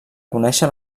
conèixer